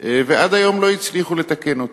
ועד היום לא הצליחו לתקן אותו.